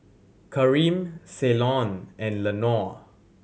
Kareem Ceylon and Lenore